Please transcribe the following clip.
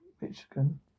Michigan